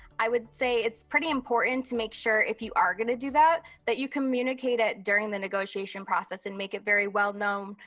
i would say it's pretty important to make sure if you are gonna do that, that you communicate it, during the negotiation process and make it very well-known,